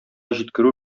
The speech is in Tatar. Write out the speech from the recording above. җиткерү